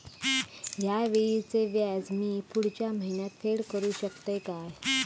हया वेळीचे व्याज मी पुढच्या महिन्यात फेड करू शकतय काय?